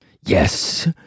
Yes